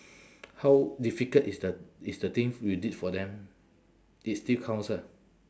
how difficult is the is the thing you did for them it still counts ah